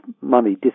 money